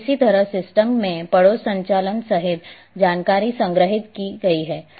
और इसी तरह सिस्टम में पड़ोस संचालन सहित जानकारी संग्रहीत की गई है